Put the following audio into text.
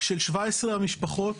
של 17 המשפחות,